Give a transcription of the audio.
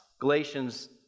Galatians